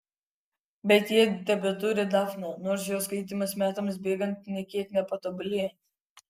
bet jie tebeturi dafnę nors jos skaitymas metams bėgant nė kiek nepatobulėjo